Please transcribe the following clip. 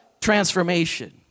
transformation